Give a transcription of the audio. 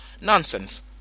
Nonsense